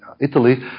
Italy